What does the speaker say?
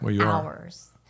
hours